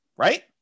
Right